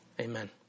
Amen